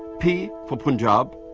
p for punjab,